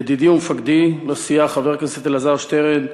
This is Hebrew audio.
ידידי ומפקדי בסיעה, חבר הכנסת אלעזר שטרן,